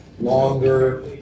longer